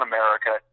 America